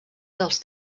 dels